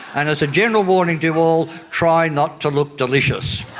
and as a general warning to you all, try not to look delicious.